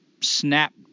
snap